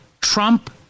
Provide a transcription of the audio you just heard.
Trump